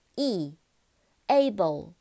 e，able，